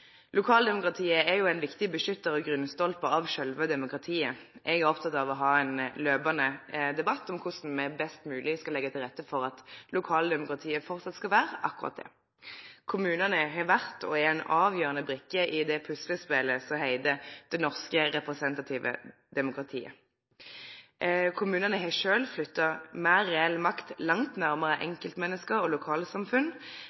Lokaldemokratiet er jo ein viktig beskyttar av og grunnstolpe for sjølve demokratiet. Eg er oppteken av å ha ein løpande debatt om korleis me best mogleg skal leggje til rette for at lokaldemokratiet framleis skal vere akkurat det. Kommunane har vore og er ei avgjerande brikke i det puslespelet som heiter det norske representative demokratiet. Kommunane har sjølve flytta meir reell makt langt nærmare